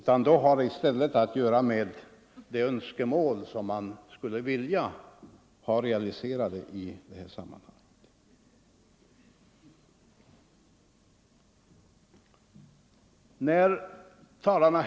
Vad det är fråga om är i stället önskemål som fru Dahl skulle vilja ha realiserade i detta sammanhang.